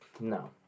No